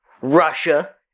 Russia